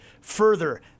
further